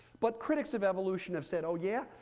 but critics of evolution have said, oh yeah.